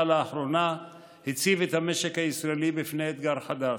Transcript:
לאחרונה הציבה את המשק הישראלי בפני אתגר חדש.